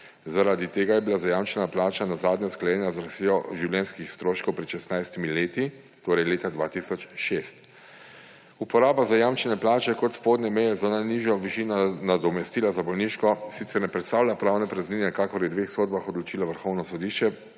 Zaradi tega je bila zajamčena plača nazadnje usklajena z rastjo življenjskih stroškov pred 16. leti, torej leta 2006. Uporaba zajamčene plače, kot spodnje meje za najnižjo višino nadomestila, sicer ne predstavlja pravne praznine, kakor je v dveh sodbah odločilo Vrhovno sodišče,